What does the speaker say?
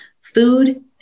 food